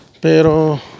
pero